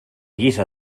guisa